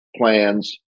plans